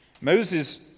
Moses